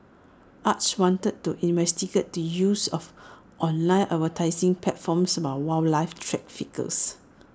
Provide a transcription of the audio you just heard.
acres wanted to investigate the use of online advertising platforms by wildlife traffickers